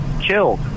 killed